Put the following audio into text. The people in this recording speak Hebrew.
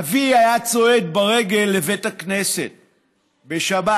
אבי היה צועד ברגל לבית הכנסת בשבת,